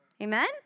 amen